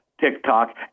TikTok